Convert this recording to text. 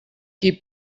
qui